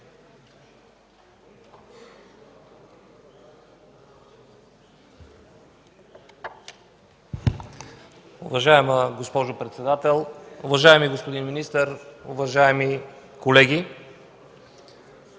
Уважаеми господин председател, уважаеми господин министър, уважаеми дами